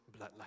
bloodline